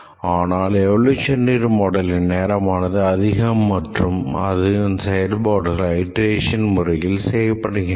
ஆனால் எவோலோஷனரி மாடலின் நேரமானது அதிகம் மற்றும் அதன் செயல்பாடுகள் அயிட்ரேஷன் முறையில் செய்யப்படுகிறது